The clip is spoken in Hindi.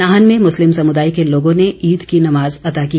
नाहन में मुस्लिम समुदाय के लोगों ने ईद की नमाज अता की